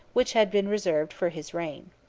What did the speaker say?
which had been reserved for his reign.